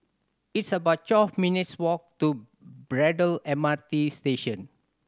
it's about twelve minutes' walk to Braddell M R T Station